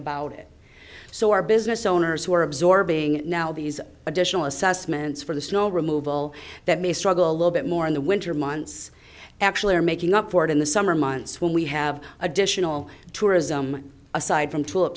about it so our business owners who are absorbing now these additional assessments for the snow removal that may struggle a little bit more in the winter months actually are making up for it in the summer months when we have additional tourism aside from tulip